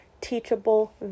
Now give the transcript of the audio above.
teachable